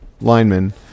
lineman